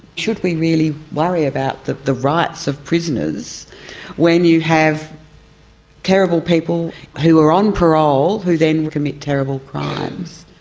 should we really worry about the the rights of prisoners when you have terrible people who are on parole who then commit terrible crimes?